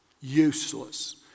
Useless